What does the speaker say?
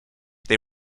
they